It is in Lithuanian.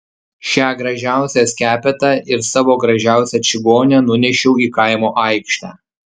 šią gražiausią skepetą ir savo gražiausią čigonę nunešiau į kaimo aikštę